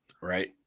Right